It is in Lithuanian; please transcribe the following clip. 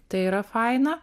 tai yra faina